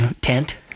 Tent